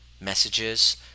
messages